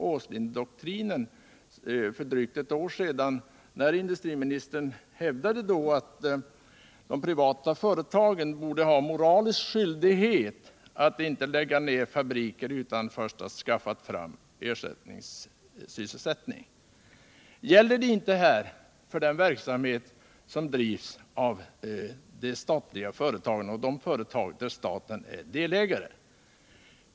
Åslingdoktrinen för drygt ett år sedan, när industriministern hävdade att de privata företagen borde ha moralisk skyldighet all inte lägga ned fabriker utan att först ha skaffat fram ersättningssysselsättning. Gäller det inte för den verksamhet som bedrivs av de statliga företagen och de företag där staten är delägare?